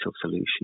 solution